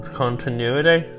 continuity